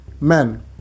men